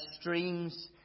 streams